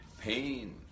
pain